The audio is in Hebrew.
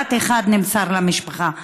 שלט אחד נמסר למשפחה,